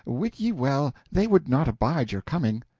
wit ye well they would not abide your coming.